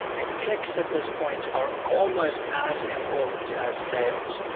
and clicks at this point are almost as important as sales.